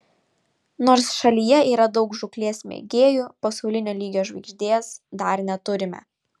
nors šalyje yra daug žūklės mėgėjų pasaulinio lygio žvaigždės dar neturime